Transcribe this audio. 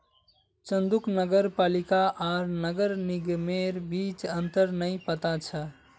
चंदूक नगर पालिका आर नगर निगमेर बीच अंतर नइ पता छ